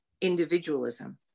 individualism